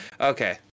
okay